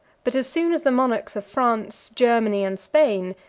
but as soon as the monarchs of france, germany and spain,